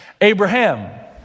Abraham